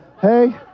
hey